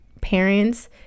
parents